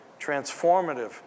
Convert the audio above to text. transformative